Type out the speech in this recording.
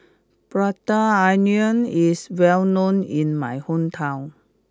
Prata Onion is well known in my hometown